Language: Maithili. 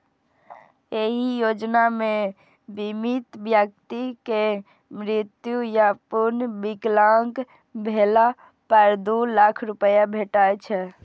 एहि योजना मे बीमित व्यक्ति के मृत्यु या पूर्ण विकलांग भेला पर दू लाख रुपैया भेटै छै